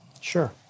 Sure